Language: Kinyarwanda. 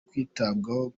kwitabwaho